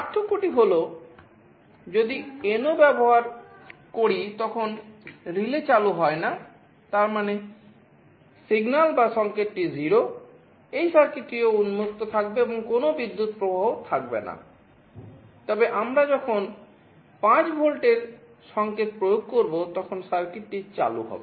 পার্থক্যটি হল আমরা যদি NO ব্যবহার করি তখন রিলে চালু হয় না তার মানে সিগন্যাল বা সংকেতটি 0 এই সার্কিটটিও উন্মুক্ত থাকবে এবং কোনও বিদ্যুৎ প্রবাহ থাকবে না তবে আমরা যখন 5 ভোল্টের সংকেতটি চালু হবে